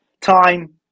time